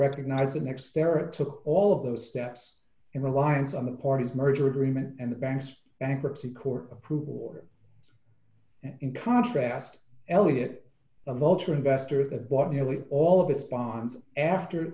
recognize the next era took all of those steps in reliance on the parties merger agreement and the bank's bankruptcy court approval order in contrast elliott a vulture investor the bought nearly all of its bonds after